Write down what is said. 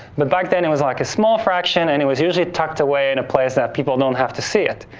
but back then, it was like a small fraction, and it was usually tucked away in a place that people don't have to see it.